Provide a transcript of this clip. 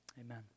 amen